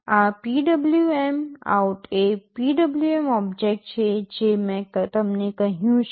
આ PwmOut એ PWM object છે જે મેં તમને કહ્યું છે